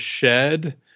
shed